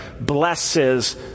blesses